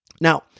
Now